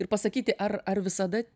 ir pasakyti ar ar visada